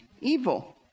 evil